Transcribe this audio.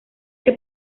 que